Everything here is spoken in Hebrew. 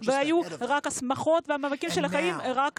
וההנאות והמאבקים של החיים עוד היו לפניהם.